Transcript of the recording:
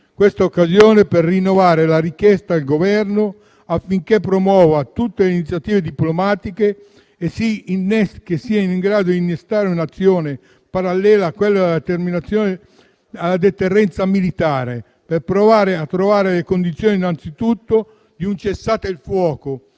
questa occasione per rinnovare la richiesta al Governo affinché promuova tutte le iniziative diplomatiche che siano in grado di innescare un'azione parallela a quella della deterrenza militare, per provare a trovare le condizioni innanzitutto di un cessate il fuoco